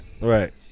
Right